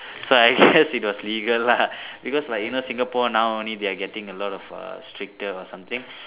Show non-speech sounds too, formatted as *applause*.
so I *breath* guess it was legal lah because like you know Singapore now only they are getting a lot of err stricter or something